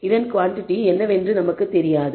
இதன் குவாண்டிடி என்னவென்று நமக்கு தெரியாது